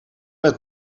met